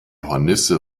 hornisse